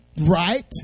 right